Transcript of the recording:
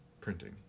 printing